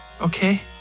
okay